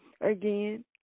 again